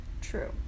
true